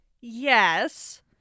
Yes